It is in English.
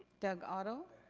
doug otto.